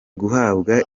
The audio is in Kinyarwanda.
guhabwa